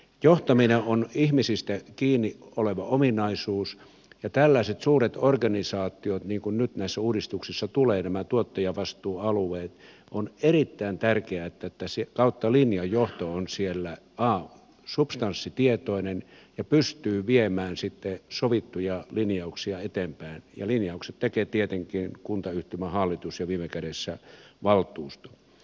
johtaminen on ihmisistä kiinni oleva ominaisuus ja tällaisissa suurissa organisaatioissa niin kuin nyt näissä uudistuksissa tulee nämä tuottajavastuualueet on erittäin tärkeää että kautta linjan johto on substanssitietoinen ja pystyy viemään sitten sovittuja linjauksia eteenpäin ja linjaukset tekee tietenkin kuntayhtymähallitus ja viime kädessä valtuusto